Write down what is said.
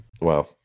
wow